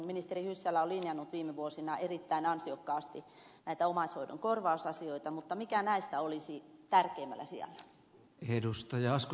ministeri hyssälä on linjannut viime vuosina erittäin ansiokkaasti näitä omaishoidon korvausasioita mutta mikä näistä olisi tärkeimmällä sijalla